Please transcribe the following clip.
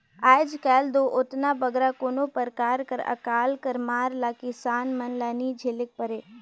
आएज काएल दो ओतना बगरा कोनो परकार कर अकाल कर मार ल किसान मन ल नी झेलेक परे